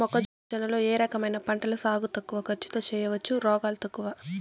మొక్కజొన్న లో ఏ రకమైన పంటల సాగు తక్కువ ఖర్చుతో చేయచ్చు, రోగాలు తక్కువ?